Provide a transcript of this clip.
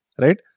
Right